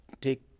take